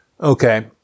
Okay